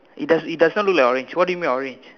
it does it does not look like orange what do you mean by orange